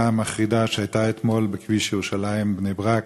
המחרידה שהייתה אתמול בכביש ירושלים בני-ברק